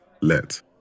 let